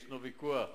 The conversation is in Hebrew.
ישנו ויכוח